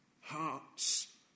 hearts